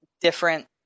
different